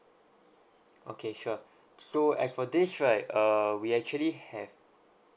okay sure so as for this right uh we actually have